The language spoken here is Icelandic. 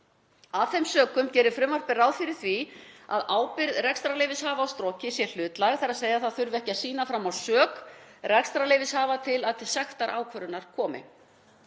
Af þeim sökum gerir frumvarpið ráð fyrir því að ábyrgð rekstrarleyfishafa á stroki sé hlutlæg, þ.e. að ekki þurfi að sýna fram á sök rekstrarleyfishafa til þess að til sektarákvörðunar komi.